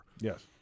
Yes